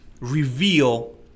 reveal